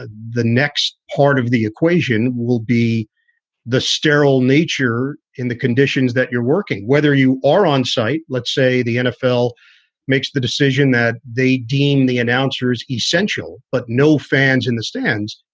ah the next part of the equation will be the sterile nature in the conditions that you're working, whether you are on site. let's say the nfl makes the decision that they deem the announcers essential. but no fans in the stands.